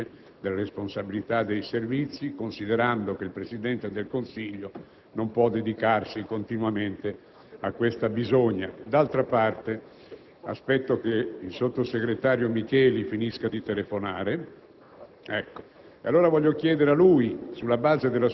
comunque un'Autorità politica al vertice delle responsabilità dei Servizi, considerando che il Presidente del Consiglio non può dedicarsi continuamente a questo compito. D'altra parte, aspetto che il sottosegretario Micheli concluda la sua telefonata